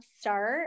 start